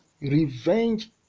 revenge